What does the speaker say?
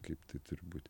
kaip tai turi būt